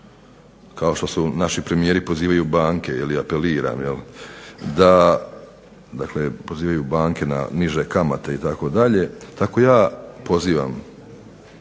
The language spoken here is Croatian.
kao što naši premijeri pozivaju banke ili apeliram da, dakle pozivaju banke na niže kamate itd., tako ja pozivam